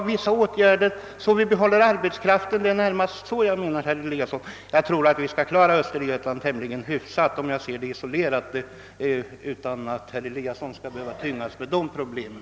Sysselsättningen i Östergötland, sedd som ett isolerat förhållande, tror jag att vi kan klara tämligen hyfsat utan att herr Eliasson behöver tyngas med de prablemen.